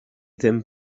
ddim